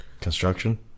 Construction